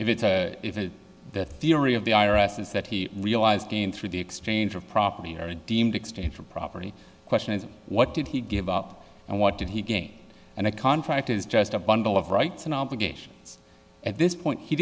if it's even the theory of the i r s is that he realized gain through the exchange of property or deemed exchange for property question is what did he give up and what did he gain and a contract is just a bundle of rights and obligations at this point he